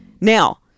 Now